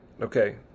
Okay